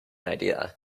idea